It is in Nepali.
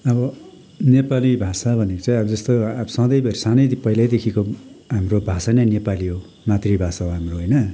अब नेपाली भाषा भनेको चाहिँ अब जस्तो अब सधैँभरि सानै पहिल्यैदेखिको हाम्रो भाषा नै नेपाली हो मातृभाषा हो हाम्रो होइन